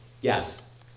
Yes